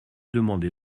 demandé